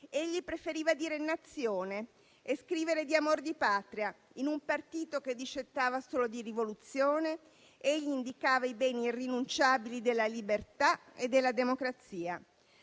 egli preferiva dire Nazione e scrivere di amor di Patria. In un partito che discettava solo di rivoluzione, egli indicava i beni irrinunciabili della libertà e della democrazia.